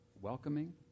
welcoming